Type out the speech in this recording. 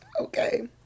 Okay